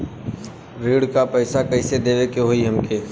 ऋण का पैसा कइसे देवे के होई हमके?